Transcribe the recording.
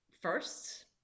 first